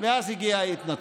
ואז הגיעה ההתנתקות.